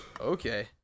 okay